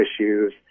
issues